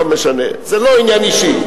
לא משנה, זה לא עניין אישי.